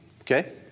Okay